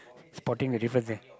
spotting the difference eh